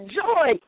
joy